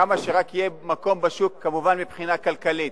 כמה שרק יהיה מקום בשוק, כמובן מבחינה כלכלית.